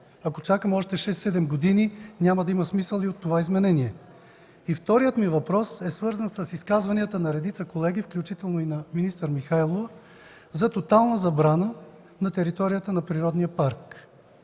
Ако чакаме още 6-7 години, няма да има смисъл от това изменение. Вторият ми въпрос е свързан с изказванията на редица колеги, включително и на министър Михайлова, за тотална забрана за строителство на територията на природния парк.